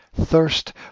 Thirst